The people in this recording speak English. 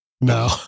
No